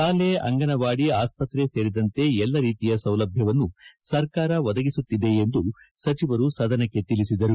ಶಾಲೆ ಅಂಗನವಾಡಿ ಆಸ್ಪತ್ರೆ ಸೇರಿದಂತೆ ಎಲ್ಲ ರೀತಿಯ ಸೌಲಭ್ಯವನ್ನು ಸರ್ಕಾರ ಒದಗಿಸುತ್ತಿದೆ ಎಂದು ಸಚಿವರು ಸದನಕ್ಕೆ ತಿಳಿಸಿದರು